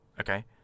Okay